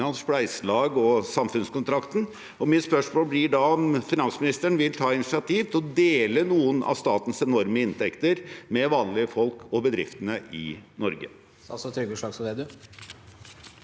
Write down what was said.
spleiselag og samfunnskontrakten. Mitt spørsmål blir da om finansministeren vil ta initiativ til å dele noen av statens enorme inntekter med vanlige folk og bedriftene i Norge?